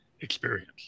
experience